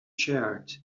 charred